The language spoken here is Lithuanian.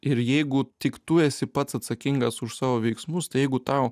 ir jeigu tik tu esi pats atsakingas už savo veiksmus tai jeigu tau